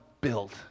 built